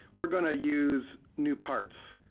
we're gonna use new parts.